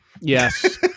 Yes